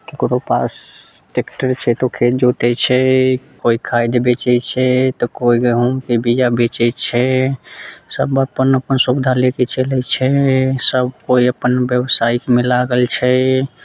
केकरो पास टेक्टर छै तऽ ओ खेत जोतैत छै केओ खाद बेचैत छै तऽ केओ गहुँमके बिआ बेचैत छै सब अपन अपन सुविधा लेके चलैत छै सब केओ अपन व्यवसायमे लागल छै